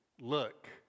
look